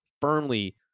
firmly